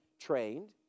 trained